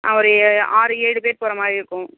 ஆ ஒரு ஏ ஆறு ஏழு பேர் போகிற மாதிரி இருக்கும்